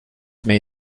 may